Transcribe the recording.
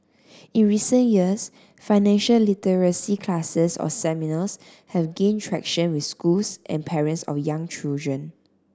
in recent years financial literacy classes or seminars have gained traction with schools and parents of young children